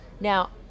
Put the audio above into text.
Now